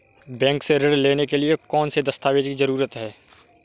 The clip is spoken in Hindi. बैंक से ऋण लेने के लिए कौन से दस्तावेज की जरूरत है?